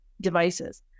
devices